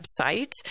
website